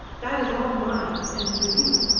that is all mine, and for you.